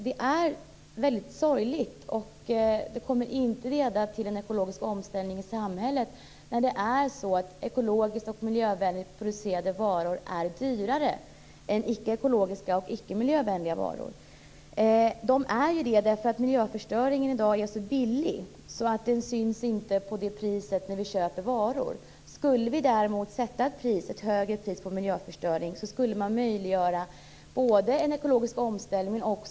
Det är sorgligt, och detta gör att det inte kommer att leda till en ekologisk omställning i samhället, att ekologiskt och miljövänligt producerade varor är dyrare än icke ekologiskt och icke miljövänligt producerade varor. Det är så därför att miljöförstöringen i dag är så billig att den inte syns på priset när vi köper varor. Om det däremot sattes ett högre pris på miljöförstöringen skulle en ekologisk omställning möjliggöras.